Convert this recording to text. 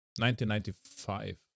1995